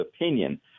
opinion